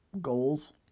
goals